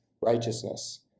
righteousness